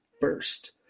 first